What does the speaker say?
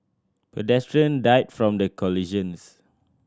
pedestrian died from the collisions